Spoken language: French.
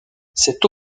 cette